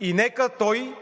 и нека той